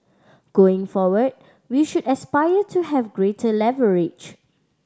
going forward we should aspire to have greater leverage